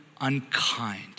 unkind